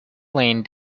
lane